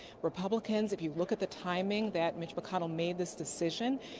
republicans if you look at the timing that mitch mcconnell made this decision,